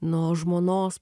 nuo žmonos